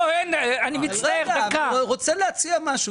אני רוצה להציע משהו.